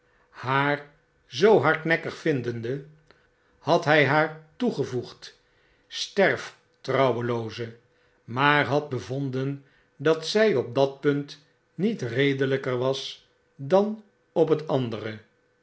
haar zoo hardnekkig vindende had hy haar toegevoegd sterf trouwelooze maar had bevonden dat zy op dat punt niet redelijker was dan op het andere